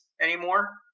anymore